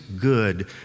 good